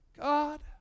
God